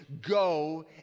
go